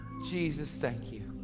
jesus, thank you.